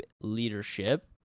leadership